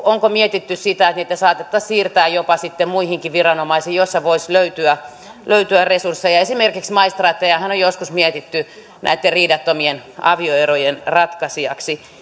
onko mietitty sitä että niitä saatettaisiin siirtää jopa sitten muihinkin viranomaisiin joissa voisi löytyä löytyä resursseja esimerkiksi maistraattejahan on joskus mietitty näitten riidattomien avioerojen ratkaisijaksi